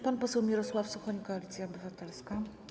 Pan poseł Mirosław Suchoń, Koalicja Obywatelska.